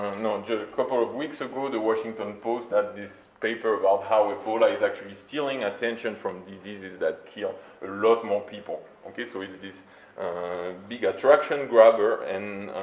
no, and a couple of weeks ago, the washington post had this paper about how ebola is actually stealing attention from diseases that kill a lot more people, okay, so it's this big attraction grabber, and